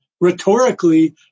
rhetorically